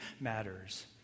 matters